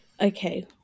okay